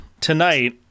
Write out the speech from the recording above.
tonight